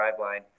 Driveline